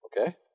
okay